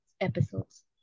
episodes